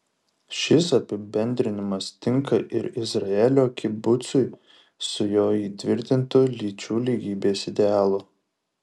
šis apibendrinimas tinka ir izraelio kibucui su jo įtvirtintu lyčių lygybės idealu